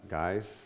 guys